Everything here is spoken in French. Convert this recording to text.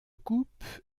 coupe